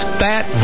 fat